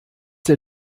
der